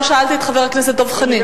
לא שאלתי את חבר הכנסת דב חנין.